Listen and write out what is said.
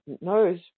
knows